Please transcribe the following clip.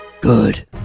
Good